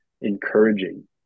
encouraging